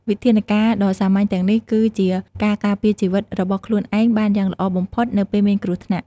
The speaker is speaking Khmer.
វិធានការណ៍ដ៏សាមញ្ញទាំងនេះគឺជាការការពារជីវិតរបស់ខ្លួនឯងបានយ៉ាងល្អបំផុតនៅពេលមានគ្រោះថ្នាក់។